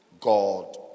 God